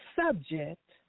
subject